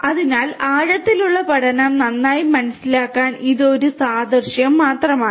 അതിനാൽ ആഴത്തിലുള്ള പഠനം നന്നായി മനസ്സിലാക്കാൻ ഇത് ഒരു സാദൃശ്യം മാത്രമാണ്